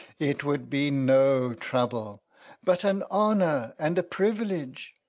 it would be no trouble but an honour and a privilege.